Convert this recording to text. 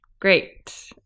Great